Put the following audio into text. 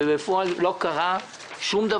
בפועל לא קרה שום דבר.